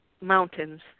mountains